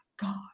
God